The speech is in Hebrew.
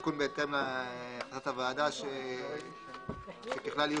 תיקון בהתאם להחלטת הוועדה שככלל יהיו